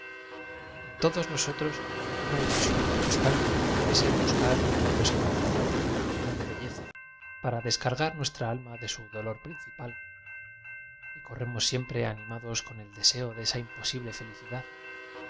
en todos nosotros una ilusión constante es el buscar un algo espiritual o lleno de belleza para descargar nuestra alma de su dolor principal y corremos siempre ani mados con el deseo de esa imposible feli